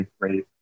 great